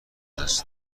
است